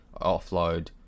offload